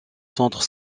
centre